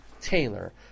Taylor